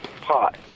pot